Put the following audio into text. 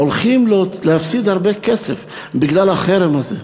הולכים להפסיד הרבה כסף בגלל החרם הזה.